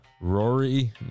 Rory